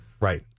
Right